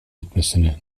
etmesini